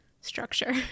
structure